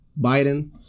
Biden